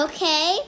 Okay